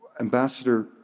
ambassador